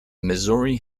missouri